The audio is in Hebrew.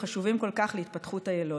החשובים כל כך להתפתחות היילוד.